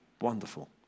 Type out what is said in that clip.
Wonderful